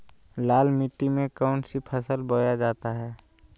लाल मिट्टी में कौन सी फसल बोया जाता हैं?